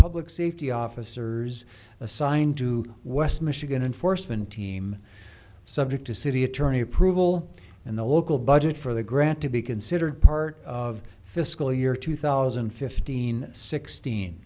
public safety officers assigned to west michigan enforcement team subject to city attorney approval in the local budget for the grant to be considered part of fiscal year two thousand and fifteen sixteen